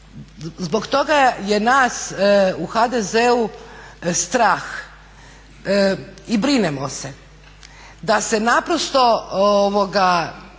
Zbog toga je nas u HDZ-u strah i brinemo se da se naprosto